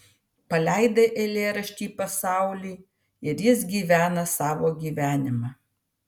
paleidai eilėraštį į pasaulį ir jis gyvena savo gyvenimą